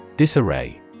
Disarray